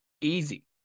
Easy